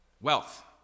Wealth